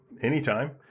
anytime